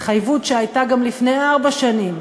התחייבות שהייתה גם לפני ארבע שנים.